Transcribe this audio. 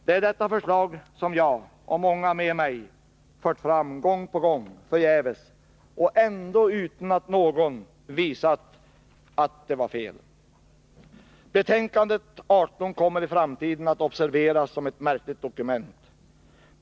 Det är detta förslag som jag och många före mig framfört gång på gång förgäves — och utan att någon visat att det var fel. Betänkandet 23 från konstitutionsutskottet kommer i framtiden att observeras som ett märkligt dokument.